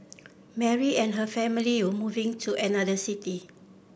Mary and her family were moving to another city